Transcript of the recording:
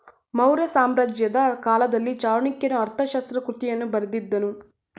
ಮೌರ್ಯ ಸಾಮ್ರಾಜ್ಯದ ಕಾಲದಲ್ಲಿ ಚಾಣಕ್ಯನು ಅರ್ಥಶಾಸ್ತ್ರ ಕೃತಿಯನ್ನು ಬರೆದಿದ್ದನು